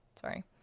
sorry